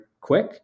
quick